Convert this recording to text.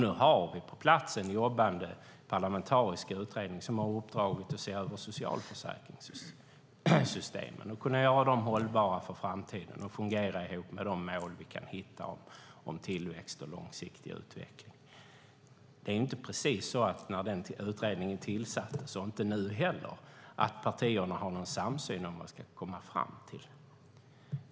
Nu har vi en jobbande parlamentarisk utredning som har uppdraget att se över socialförsäkringssystemen och göra dem hållbara för framtiden, så att de fungerar ihop med målen om tillväxt och långsiktig utveckling. Partierna hade inte precis någon samsyn om detta när utredningen tillsattes, och man har det inte nu heller.